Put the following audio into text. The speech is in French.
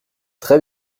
très